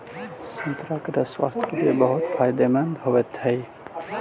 संतरा के रस स्वास्थ्य के लिए बहुत फायदेमंद होवऽ हइ